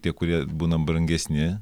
tie kurie būna brangesni